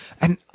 And-